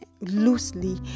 loosely